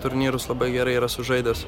turnyrus labai gerai yra sužaidęs